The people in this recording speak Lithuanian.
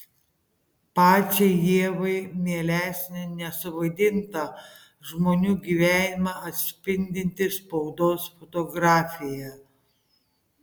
pačiai ievai mielesnė nesuvaidintą žmonių gyvenimą atspindinti spaudos fotografija